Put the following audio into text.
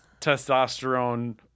testosterone